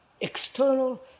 external